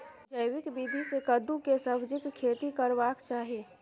जैविक विधी से कद्दु के सब्जीक खेती करबाक चाही?